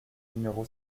numéro